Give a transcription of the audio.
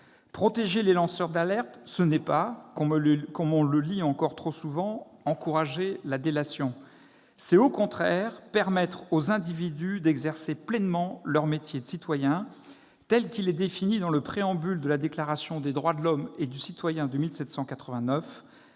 Protéger les lanceurs d'alerte, ce n'est pas, comme on le lit encore trop souvent, encourager la délation. C'est au contraire permettre aux individus d'exercer pleinement leur métier de citoyen, tel qu'il est défini dans le préambule de la Déclaration des droits de l'homme et du citoyen de 1789.